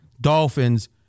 Dolphins